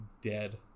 dead